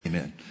Amen